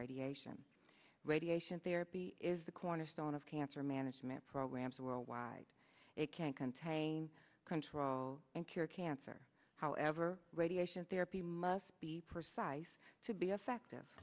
radiation radiation therapy is the cornerstone of cancer management programs worldwide it can contain control and cure cancer for however radiation therapy must be precise to be effective